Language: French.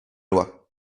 loi